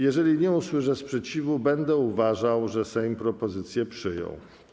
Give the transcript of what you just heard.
Jeżeli nie usłyszę sprzeciwu, będę uważał, że Sejm propozycje przyjął.